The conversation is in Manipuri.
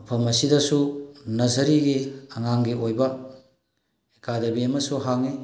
ꯃꯐꯝ ꯑꯁꯤꯗꯁꯨ ꯅꯔꯖꯔꯤꯒꯤ ꯑꯉꯥꯡꯒꯤ ꯑꯣꯏꯕ ꯑꯦꯀꯥꯗꯃꯤ ꯑꯃꯁꯨ ꯍꯥꯡꯏ